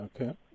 Okay